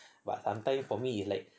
but sometimes for me it's like